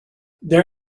their